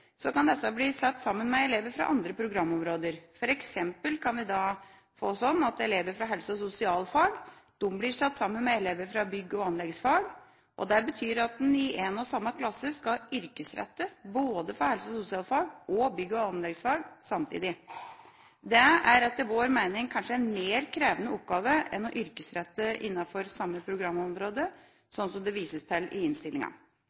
kan disse bli satt sammen med elever fra andre programområder. For eksempel kan en da få det slik at elever fra helse- og sosialfag blir satt sammen med elever fra bygg- og anleggsfag. Det betyr at en i én og samme klasse skal yrkesrette for både helse- og sosialfag og bygg- og anleggsfag samtidig. Det er etter vår mening kanskje en mer krevende oppgave enn å yrkesrette innenfor samme programområde, slik det vises til i innstillinga.